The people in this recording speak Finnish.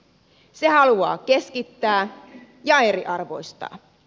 se haluaa keskittää ja eriarvoistaa